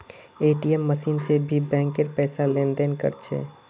ATM machine से भी bank पैसार लेन देन कर छे